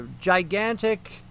gigantic